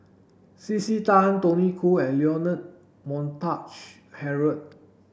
C C Tan Tony Khoo and Leonard Montague Harrod